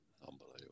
Unbelievable